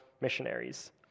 missionaries